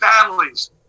families